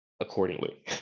Accordingly